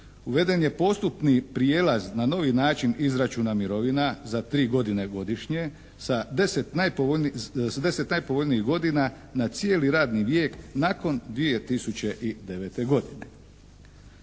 uveden je postupni prijelaz na novi način izračuna mirovina za tri godine godišnje sa 10 najpovoljnijih godina na cijeli radni vijek nakon 2009. godine.